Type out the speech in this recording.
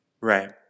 Right